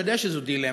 אני יודע שזו דילמה,